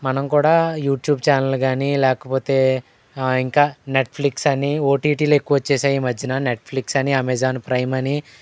మనం కూడా YouTube channel కానీ లేకపోతే ఇంకా నెట్ఫ్లిక్స్ అని ఓటీటీలు ఎక్కువ వచ్చేసాయి ఈ మధ్యన నెట్ఫ్లిక్స్ అని అమెజాన్ ప్రైమ్ అని